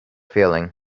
feeling